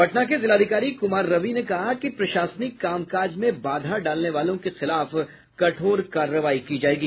पटना के जिलाधिकारी कुमार रवि ने कहा कि प्रशासनिक काम काज में बाधा डालने वालों के खिलाफ कठोर कार्रवाई की जायेगी